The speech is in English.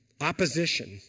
opposition